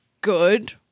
good